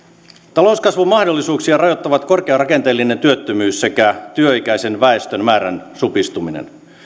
talouskasvun mahdollisuuksia rajoittavat korkea rakenteellinen työttömyys sekä työikäisen väestön määrän supistuminen